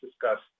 discussed